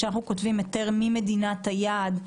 כשאנחנו כותבים היתר ממדינת היעד,